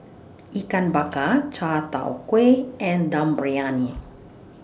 Ikan Bakar Chai Tow Kway and Dum Briyani